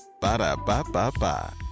Ba-da-ba-ba-ba